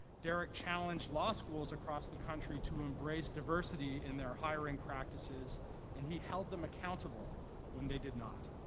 derrick challenged law schools across the country to embrace diversity in their hiring practices and he held them accountable when they did not.